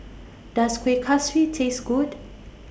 Does Kueh Kaswi Taste Good